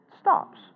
stops